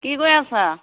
কি কৰি আছা